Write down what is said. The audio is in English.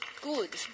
good